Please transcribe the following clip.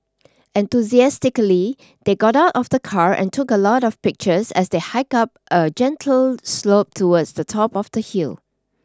enthusiastically they got out of the car and took a lot of pictures as they hiked up a gentle slope towards the top of the hill